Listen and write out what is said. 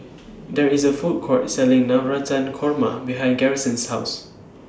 There IS A Food Court Selling Navratan Korma behind Garrison's House